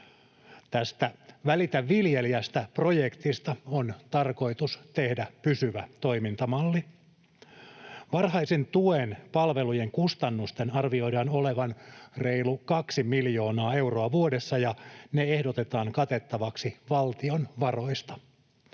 Tästä Välitä viljelijästä ‑projektista on tarkoitus tehdä pysyvä toimintamalli. Varhaisen tuen palvelujen kustannusten arvioidaan olevan reilu kaksi miljoonaa euroa vuodessa, ja ne ehdotetaan katettaviksi valtion varoista.